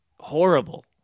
horrible